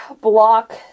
block